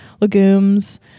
legumes